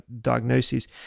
diagnoses